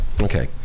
Okay